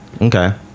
Okay